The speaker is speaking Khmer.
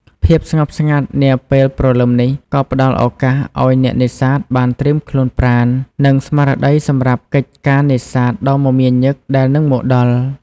ភាពស្ងប់ស្ងាត់នាពេលព្រលឹមនេះ ក៏ផ្តល់ឱកាសឲ្យអ្នកនេសាទបានត្រៀមខ្លួនប្រាណ និងស្មារតីសម្រាប់កិច្ចការនេសាទដ៏មមាញឹកដែលនឹងមកដល់។